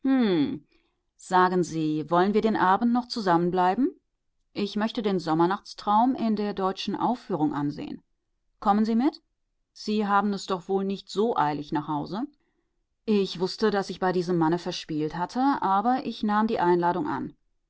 sagen sie wollen wir den abend noch zusammenbleiben ich möchte den sommernachtstraum in der deutschen aufführung ansehen kommen sie mit sie haben es doch wohl nicht so eilig nach hause ich wußte daß ich bei diesem manne verspielt hatte aber ich nahm die einladung an